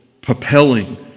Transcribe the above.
propelling